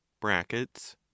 Brackets